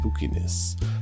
spookiness